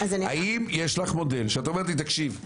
האם יש לך מודל שאת אומרת לי תקשיב,